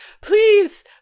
please